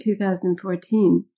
2014